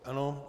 Ano.